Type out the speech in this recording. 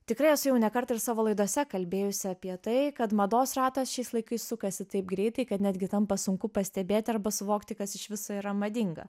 tikrai esu jau ne kartą ir savo laidose kalbėjusi apie tai kad mados ratas šiais laikais sukasi taip greitai kad netgi tampa sunku pastebėti arba suvokti kas iš viso yra madinga